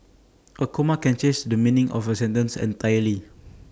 A comma can change the meaning of A sentence entirely